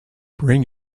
bring